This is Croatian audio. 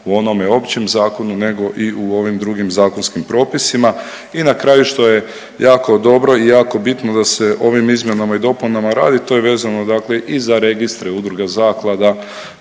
u onome općem zakonu nego i u ovim drugim zakonskim propisima i na kraju što je jako dobro i jako bitno da se ovim izmjenama i dopunama radi to je vezano dakle i za registre udruga, zaklada